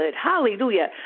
hallelujah